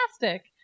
fantastic